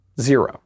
Zero